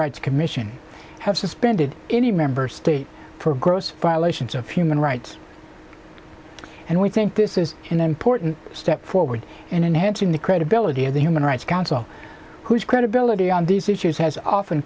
rights commission have suspended any member state for gross violations of human rights and we think this is an important step forward in enhancing the credibility of the human rights council whose credibility on these issues has often